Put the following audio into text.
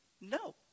No